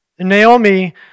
Naomi